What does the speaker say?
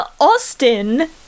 Austin